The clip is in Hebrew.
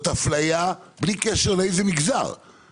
את ההגדרות הבין לאומיות ומסתכלים על